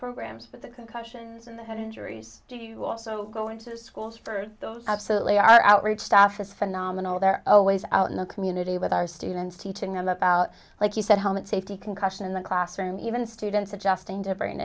programs but the concussions and the head injuries do you also go into schools for those absolutely our outreach staff is phenomenal their own ways out in the community with our students teaching them about like you said helmet safety concussion in the classroom even students adjusting to brain